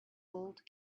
old